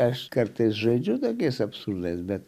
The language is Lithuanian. aš kartais žaidžiu tokiais absurdais bet